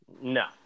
No